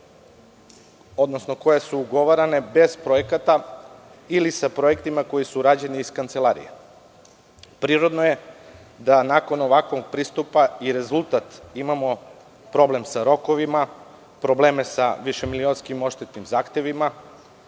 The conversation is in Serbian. deonica koje su ugovarane bez projekata ili sa projektima koji su rađeni iz kancelarije. Prirodno je da nakon ovakvog pristupa kao rezultat imamo problem sa rokovima, probleme sa više milionskim odštetnim zahtevima,